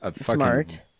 smart